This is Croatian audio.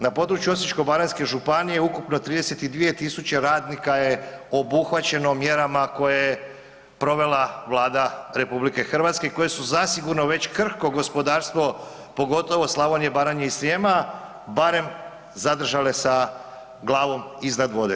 Na području Osječko-baranjske županije ukupno 32 000 radnika je obuhvaćeno mjerama koje je provela Vlada RH koje su zasigurno već krhko gospodarstvo pogotovo Slavonije, Baranje i Srijema, barem zadržale sa glavom iznad vode.